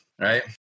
right